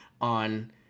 on